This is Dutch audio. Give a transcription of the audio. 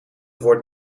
woord